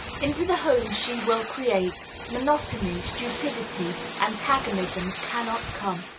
into the home she will create, monotony, stupidity, antagonisms cannot come.